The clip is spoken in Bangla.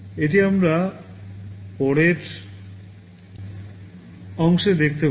এটি আমরা পরে অংশে দেখতে পাব